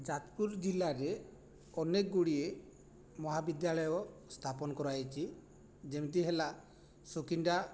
ଯାଜପୁର ଜିଲ୍ଲାରେ ଅନେକ ଗୁଡ଼ିଏ ମହାବିଦ୍ୟାଳୟ ସ୍ଥାପନ କରାହୋଇଛି ଯେମିତି ହେଲା ସୁକିନ୍ଦା